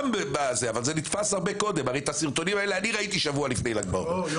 הרי את הסרטונים האלה אני ראיתי שבוע לפני ל"ג בעומר.